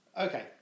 Okay